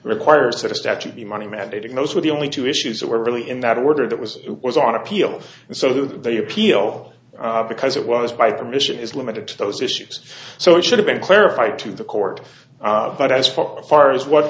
requires that a statute be money mandating those were the only two issues that were really in that order that was it was on appeal so the appeal because it was by commission is limited to those issues so it should have been clarified to the court but as far as